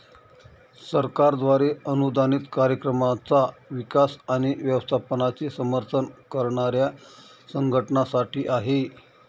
सरकारद्वारे अनुदानित कार्यक्रमांचा विकास आणि व्यवस्थापनाचे समर्थन करणाऱ्या संघटनांसाठी आहे